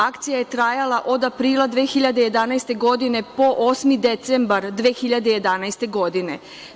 Akcija je trajala od aprila 2011. do 8. decembra 2011. godine.